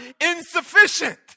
insufficient